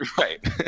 Right